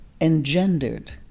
engendered